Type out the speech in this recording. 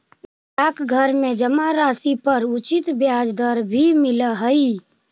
डाकघर में जमा राशि पर उचित ब्याज दर भी मिलऽ हइ